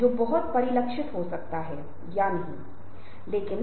इसलिए हम इसे एक संवादात्मक सत्र बनाएंगे